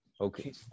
Okay